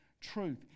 truth